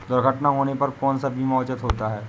दुर्घटना होने पर कौन सा बीमा उचित होता है?